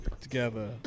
Together